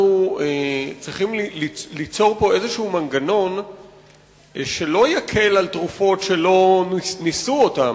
אנחנו צריכים ליצור פה איזה מנגנון שלא יקל בתרופות שלא ניסו אותן,